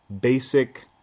basic